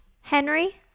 henry